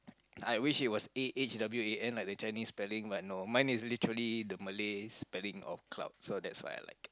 I wish it was A A H W A N like the Chinese spelling but no mine is literally the Malay spelling of cloud so that's why I like